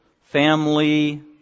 family